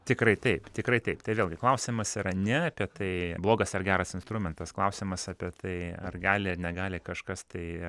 tikrai taip tikrai taip tai vėlgi klausimas yra ne apie tai blogas ar geras instrumentas klausimas apie tai ar gali ar negali kažkas tai